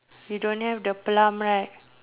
you don't have the plum right